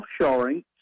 Offshoring